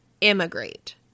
immigrate